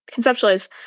conceptualize